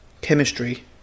Chemistry